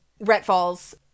Retfall's